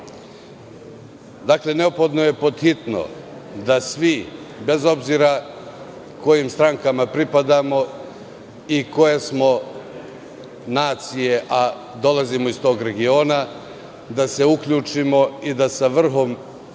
tepih. Dakle, neophodno je pothitno da se svi, bez obzira kojim strankama pripadamo i koje smo nacije, a dolazimo iz tog regiona, uključimo i da sa vrhom